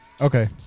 Okay